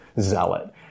zealot